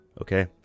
okay